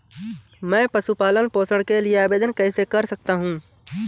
मैं पशु पालन पोषण के लिए आवेदन कैसे कर सकता हूँ?